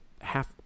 half